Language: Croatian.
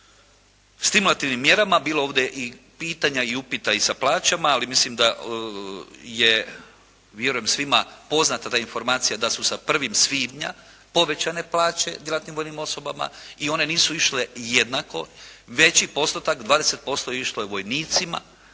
o stimulativnim mjerama, bilo je ovdje i pitanja i upita i sa plaćama, ali mislim da je vjerujem svima poznata ta informacija, da su sa prvim svibnja povećane plaće djelatnim vojnim osobama. I one nisu išle jednako, veći postotak 20% išlo je vojnicima,